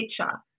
picture